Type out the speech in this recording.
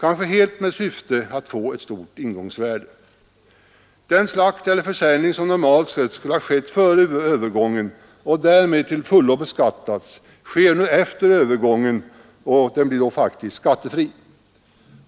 kanske helt i syfte att få ett stort ingångsvärde. Den slakt eller försäljning som normalt skulle ha skett före övergången och därmed till fullo ha beskattats sker nu efter övergången och den blir då faktiskt skattefri.